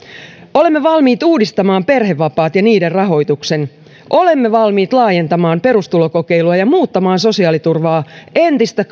olemme valmiit uudistamaan perhevapaat ja niiden rahoituksen olemme valmiit laajentamaan perustulokokeilua ja muuttamaan sosiaaliturvaa entistä